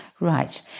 Right